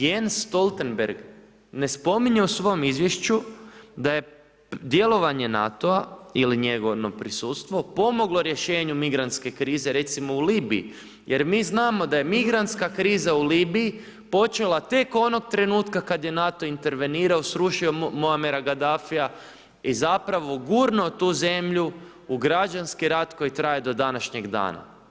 Jens Stoltenberg ne spominje u svom Izvješću da je djelovanje NATO-a ili njegovo prisustvo pomoglo rješenju migrantske krize, recimo u Libiji, jer mi znamo da je migrantska kriza u Libiji počela tek onog trenutka kada je NATO intervenirao, srušio Muarema Gadafija i zapravo gurnuo tu zemlju u građanski rat koji traje do današnjeg dana.